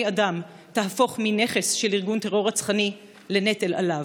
אדם תהפוך מנכס של ארגון טרור רצחני לנטל עליו.